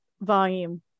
volume